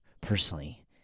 personally